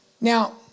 Now